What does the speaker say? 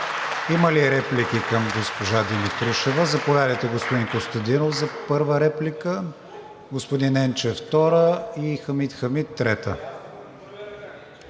Има ли реплики към госпожа Димитрушева? Заповядайте, господин Костадинов, за първа реплика. Господин Енчев втора реплика и Хамид Хамид – трета.